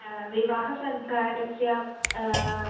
विवाहसर्कारस्य